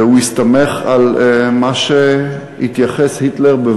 והוא הסתמך על מה שהתייחס אליו היטלר